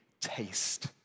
taste